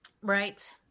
Right